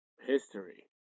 history